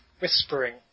whispering